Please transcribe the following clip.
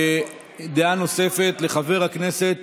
דעה נוספת לחבר הכנסת